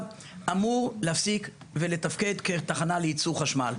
אמור להפסיק ולתפקד כתחנה לייצור חשמל,